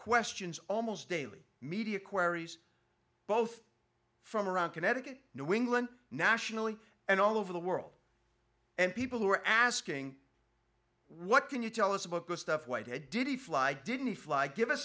questions almost daily media aquarius both from around connecticut new england nationally and all over the world and people who are asking what can you tell us about this stuff why did he fly didn't fly give us